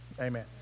Amen